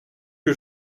que